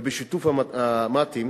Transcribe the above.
ובשיתוף המט"ים,